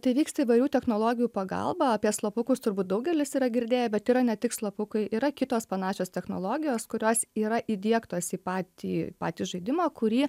tai vyksta įvairių technologijų pagalba apie slapukus turbūt daugelis yra girdėję bet yra ne tik slapukai yra kitos panašios technologijos kurios yra įdiegtos į patį patį žaidimą kurį